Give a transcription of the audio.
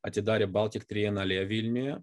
atidarė baltik trienalę vilniuje